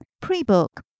Pre-Book